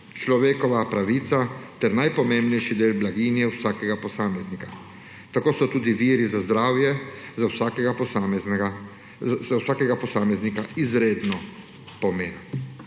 človekova pravica ter najpomembnejši del blaginje vsakega posameznika. Tako so tudi viri za zdravje za vsakega posameznika izredno pomembni.